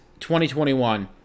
2021